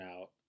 out